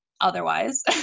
otherwise